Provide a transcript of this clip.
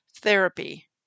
therapy